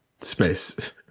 space